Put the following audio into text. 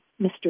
Mr